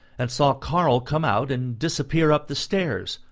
and saw karl come out, and disappear up the stairs,